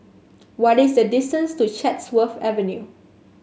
what is the distance to Chatsworth Avenue